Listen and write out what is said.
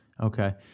okay